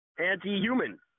Anti-human